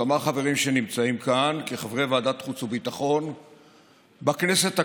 כמה חברים שנמצאים כאן כחברי ועדת חוץ וביטחון בכנסת הקודמת,